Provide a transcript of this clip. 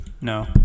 No